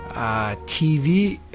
TV